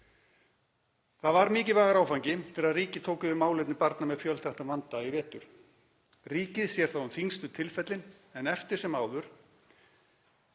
Það var mikilvægur áfangi þegar ríkið tók yfir málefni barna með fjölþættan vanda í vetur. Ríkið sér þá um þyngstu tilfellin en eftir sem áður